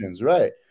right